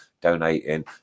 donating